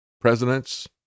presidents